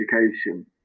education